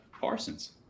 Parsons